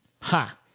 Ha